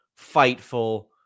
fightful